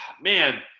Man